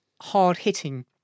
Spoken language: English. hard-hitting